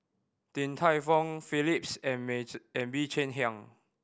Din Tai Fung Phillips and and Bee Cheng Hiang